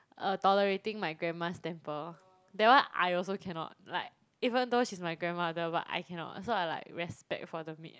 uh tolerating my grandma's temper that [one] I also cannot like even though she's my grandmother but I cannot so I like respect for the maid